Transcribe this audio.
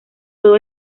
todo